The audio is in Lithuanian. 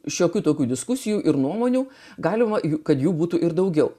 šiokių tokių diskusijų ir nuomonių galima kad jų būtų ir daugiau